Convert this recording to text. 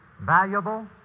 valuable